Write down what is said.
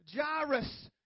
Jairus